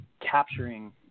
capturing